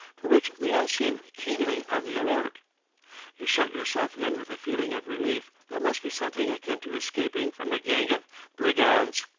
for which they all seem keenly on the alert you shut yourself in with a feeling of relief that must be something akin to escaping from a gang of brigands.